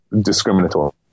discriminatory